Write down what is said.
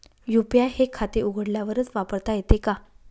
UPI हे खाते उघडल्यावरच वापरता येते का?